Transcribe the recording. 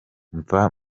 mva